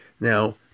Now